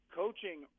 coaching